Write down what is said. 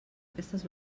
aquestes